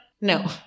No